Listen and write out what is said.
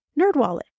Nerdwallet